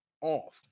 off